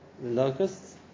locusts